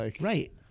Right